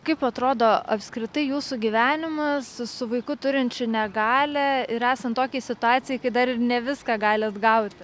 kaip atrodo apskritai jūsų gyvenimas su su vaiku turinčiu negalią ir esant tokiai situacijai kai dar ir ne viską galit gauti